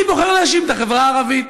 אני בוחר להאשים את החברה הערבית.